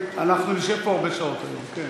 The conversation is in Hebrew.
אנחנו נשב פה הרבה שעות היום, כן.